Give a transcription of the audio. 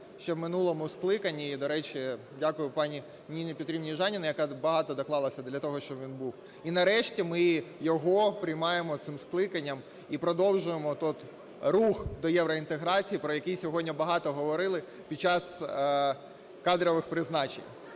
ще в минулому скликанні. І, до речі, дякую пані Ніні Петрівні Южаніній, яка багато доклалася для того, щоб він був. І, нарешті, ми його приймаємо цим скликанням і продовжуємо рух до євроінтеграції, про який сьогодні багато говорили під час кадрових призначень.